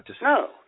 No